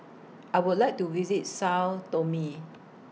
I Would like to visit Sao Tome